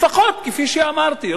כפי שאמרתי,